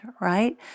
right